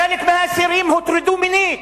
חלק מהאסירים הוטרדו מינית.